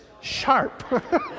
sharp